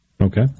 Okay